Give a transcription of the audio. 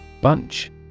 Bunch